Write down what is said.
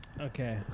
Okay